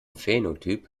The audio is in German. phänotyp